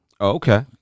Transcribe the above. okay